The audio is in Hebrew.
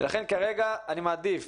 לכן כרגע אני מעדיף